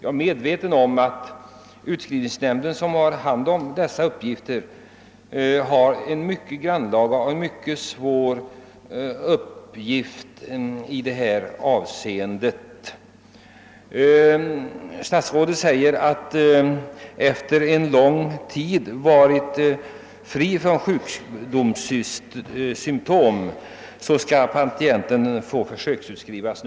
Jag är medveten om att utskrivningsnämnden som har hand om dessa frågor har en mycket svår och grannlaga uppgift i detta avseende. Statsrådet säger att patienter som efter lång tid varit fria från sjukdomssymtom skall få försöksutskrivas.